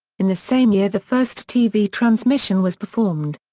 in the same year the first tv transmission was performed.